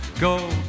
go